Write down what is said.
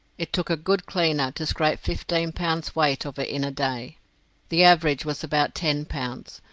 it took a good cleaner to scrape fifteen pounds weight of it in a day the average was about ten pounds,